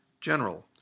General